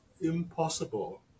impossible